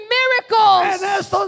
miracles